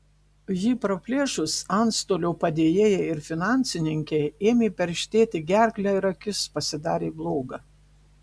jį praplėšus antstolio padėjėjai ir finansininkei ėmė perštėti gerklę ir akis pasidarė bloga